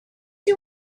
you